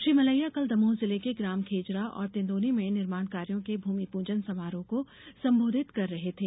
श्री मलैया कल दमोह जिले के ग्राम खेजरा और तिन्दोनी में निर्माण कार्यो के भूमिपूजन समारोह को सम्बोधित कर रहे थे